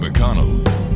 McConnell